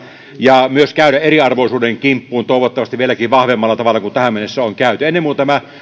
ja myös käydä eriarvoisuuden kimppuun toivottavasti vieläkin vahvemmin kuin tähän mennessä on käyty ennen muuta tämä